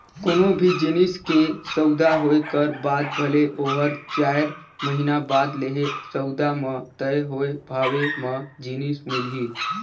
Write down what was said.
कोनो भी जिनिस के सउदा होए कर बाद भले ओहर चाएर महिना बाद लेहे, सउदा म तय होए भावे म जिनिस मिलही